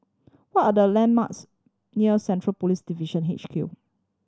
what are the landmarks near Central Police Division H Q